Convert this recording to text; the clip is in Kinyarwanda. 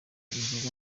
zihenze